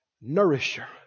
Nourisher